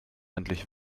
endlich